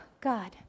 God